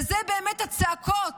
וזה באמת הצעקות